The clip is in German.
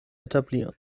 etablieren